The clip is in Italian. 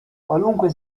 qualunque